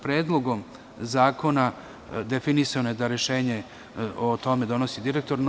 Predlogom zakona definisano je da rešenje o tome donosi direktor.